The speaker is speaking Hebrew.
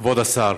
כבוד השר